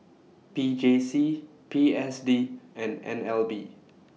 P J C P S D and N L B